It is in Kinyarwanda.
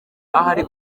hari